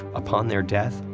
upon their death,